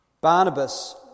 Barnabas